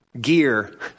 gear